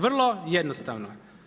Vrlo jednostavno.